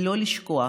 ולא לשכוח